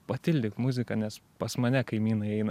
patildyk muziką nes pas mane kaimynai eina